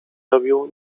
robił